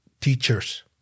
teachers